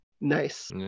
Nice